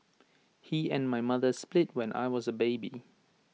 he and my mother split when I was A baby